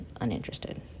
uninterested